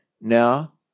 Now